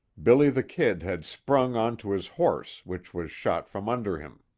billy the kid had sprung onto his horse, which was shot from under him.